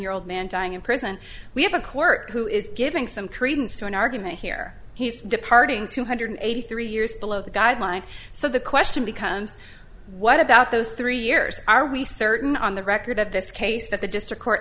year old man dying in prison we have a coworker who is giving some credence to an argument here he's departing two hundred eighty three years below the guideline so the question becomes what about those three years are we certain on the record of this case that the district court